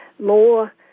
more